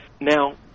Now